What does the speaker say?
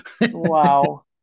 Wow